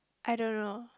I don't know